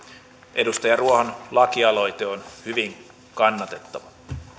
edustaja ruohon lakialoite on hyvin kannatettava